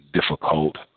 difficult